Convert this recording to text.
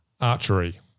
Archery